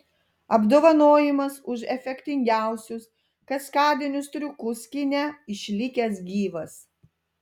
apdovanojimas už efektingiausius kaskadinius triukus kine išlikęs gyvas